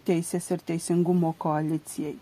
teisės ir teisingumo koalicijai